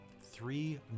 three